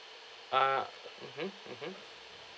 ah mmhmm mmhmm